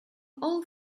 all